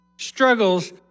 struggles